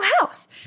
house